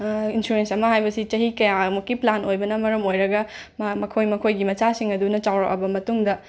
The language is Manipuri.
ꯏꯟꯁꯨꯔꯦꯟꯁ ꯑꯃ ꯍꯥꯏꯕꯁꯤ ꯆꯍꯤ ꯀꯌꯥꯃꯨꯛꯀꯤ ꯄ꯭ꯂꯥꯟ ꯑꯣꯏꯕꯅ ꯃꯔꯝ ꯑꯣꯏꯔꯒ ꯃꯥ ꯃꯈꯣꯏ ꯃꯈꯣꯏꯒꯤ ꯃꯆꯥꯁꯤꯡ ꯑꯗꯨꯅ ꯆꯥꯎꯔꯛꯑꯕ ꯃꯇꯨꯡꯗ